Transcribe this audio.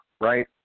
right